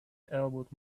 elbowed